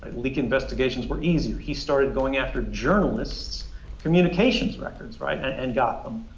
leak investigations were easier. he started going after journalists' communications records, right, and got them.